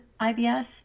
IBS